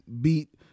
beat